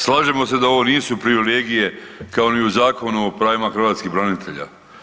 Slažemo se da ovo nisu privilegije kao ni u Zakonu o pravima hrvatskih branitelja.